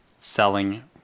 selling